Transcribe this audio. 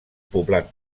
poblat